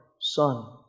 Son